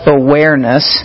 awareness